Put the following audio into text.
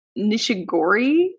Nishigori